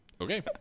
Okay